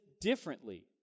differently